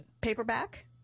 Paperback